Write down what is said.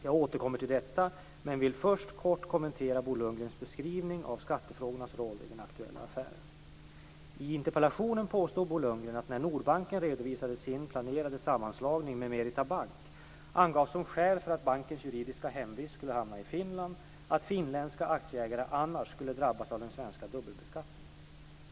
Jag återkommer till detta men vill först kort kommentera Bo Lundgrens beskrivning av skattefrågornas roll i den aktuella affären. I interpellationen påstår Bo Lundgren att när Nordbanken redovisade sin planerade sammanslagning med Merita Bank angavs som skäl för att bankens juridiska hemvist skulle hamna i Finland att finländska aktieägare annars skulle drabbas av den svenska dubbelbeskattningen.